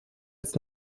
als